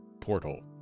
portal